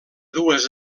dues